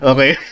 Okay